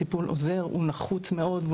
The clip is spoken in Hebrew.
הטיפול נחוץ מאוד.